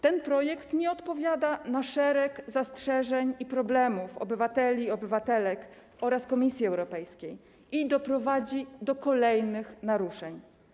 Ten projekt nie odpowiada na szereg zastrzeżeń i problemów obywateli, obywatelek oraz Komisji Europejskiej i doprowadzi do kolejnych naruszeń.